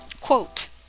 quote